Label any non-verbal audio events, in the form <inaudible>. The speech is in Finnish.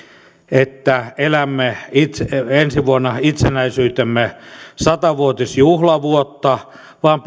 että elämme <unintelligible> <unintelligible> ensi vuonna itsenäisyytemme sata vuotisjuhlavuotta vaan <unintelligible>